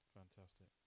fantastic